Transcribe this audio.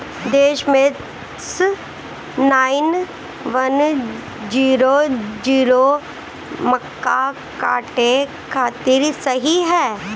दशमेश nine one zero zero मक्का काटे खातिर सही ह?